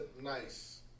nice